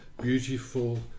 beautiful